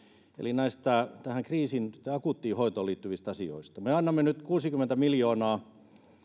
eli näistä tähän kriisin akuuttiin hoitoon liittyvistä asioista me annamme nyt kuusikymmentä miljoonaa